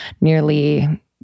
Nearly